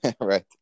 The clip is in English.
Right